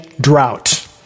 drought